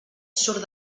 surt